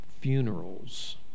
funerals